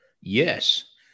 Yes